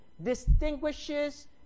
Distinguishes